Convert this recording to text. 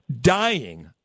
dying